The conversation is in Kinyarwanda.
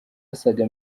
asaga